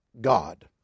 God